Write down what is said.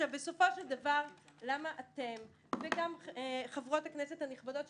בסופו של דבר למה אתם וגם חברות הכנסת הנכבדות,